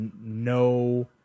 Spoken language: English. no